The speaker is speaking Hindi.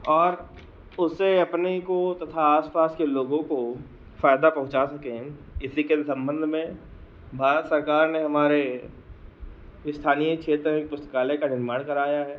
और उससे अपने को तथा आसपास के लोगों को फ़ायदा पहुँचा सकें इसी के सम्बन्ध में भारत सरकार ने हमारे स्थानीय क्षेत्र में एक पुस्तकालय का निर्माण कराया है